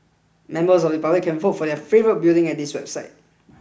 members of the public can vote for their favourite building at this website